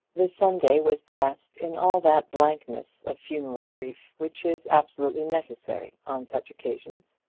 the sunday was passed in all that blankness of funeral grief which is absolutely necessary on such occasions.